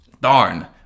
darn